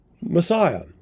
Messiah